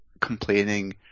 complaining